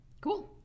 Cool